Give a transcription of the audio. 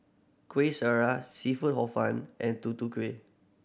Kueh Syara seafood Hor Fun and Tutu Kueh